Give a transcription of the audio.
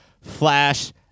Flash